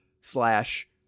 slash